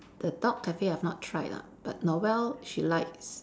the dog cafe I've not tried lah but Noelle she likes